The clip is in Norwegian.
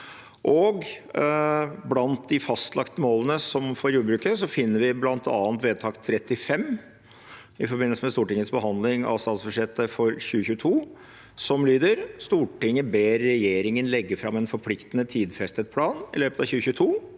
Blant de fastlagte målene for jordbruket finner vi bl.a. vedtak 35 i forbindelse med Stortingets behandling av statsbudsjettet for 2022, som lyder: «Stortinget ber regjeringen legge frem en forpliktende og tidfestet plan i løpet av 2022